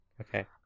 Okay